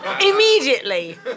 immediately